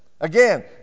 Again